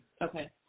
Okay